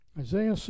Isaiah